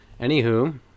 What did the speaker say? anywho